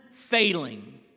failing